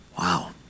Wow